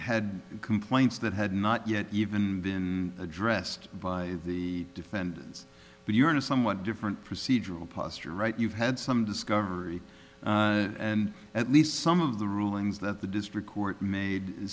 had complaints that had not yet even been addressed by the defendants but you're in a somewhat different procedural posture right you've had some discovery and at least some of the rulings that the district court made